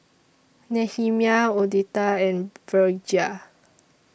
Nehemiah Odette and Virgia